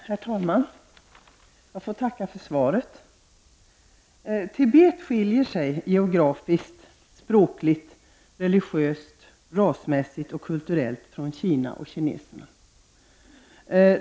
Herr talman! Jag får tacka för svaret. Tibet skiljer sig geografiskt, språkligt, religiöst, rasmässigt och kulturellt från Kina och kineserna.